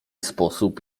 sposób